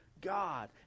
God